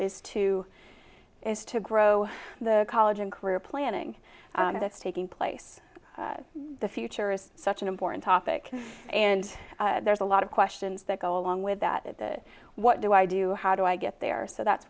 is to is to grow the college and career planning that's taking place in the future is such an important topic and there's a lot of questions that go along with that that what do i do how do i get there so that's